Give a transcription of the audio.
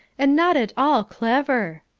and not at all clever!